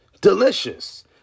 delicious